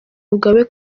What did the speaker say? mugabe